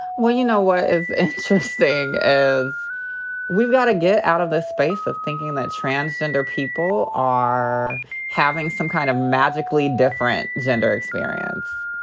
well, you know what is interesting is we've gotta get out of this space of thinking that transgender people are having some kind of magically different gender experience.